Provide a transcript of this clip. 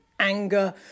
anger